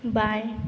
बाएँ